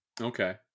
Okay